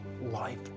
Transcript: life